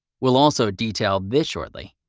we'll also detail this shortly.